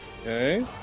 okay